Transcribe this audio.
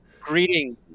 Greeting